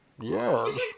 yes